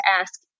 ask